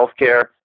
healthcare